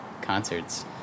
concerts